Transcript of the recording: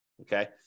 okay